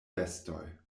vestoj